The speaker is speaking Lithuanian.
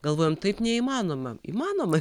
galvojom taip neįmanoma įmanoma